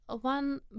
one